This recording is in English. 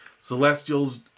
Celestials